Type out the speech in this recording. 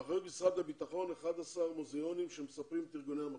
באחריות משרד הביטחון 11 מוזיאונים שמספרים את ארגוני המחתרות.